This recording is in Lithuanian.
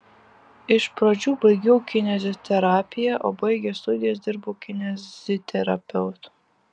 iš pradžių baigiau kineziterapiją o baigęs studijas dirbau kineziterapeutu